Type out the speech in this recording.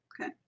Okay